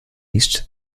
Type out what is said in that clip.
east